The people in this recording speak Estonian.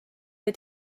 või